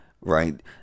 right